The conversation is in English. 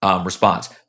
response